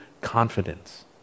confidence